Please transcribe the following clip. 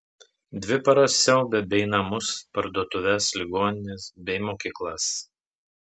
dvi paras siaubė bei namus parduotuves ligonines bei mokyklas